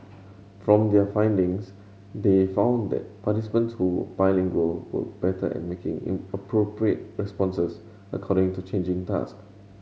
from their findings they found that participants who were bilingual were better at making in appropriate responses according to changing task